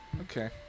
Okay